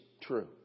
true